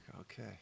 okay